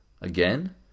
again